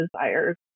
desires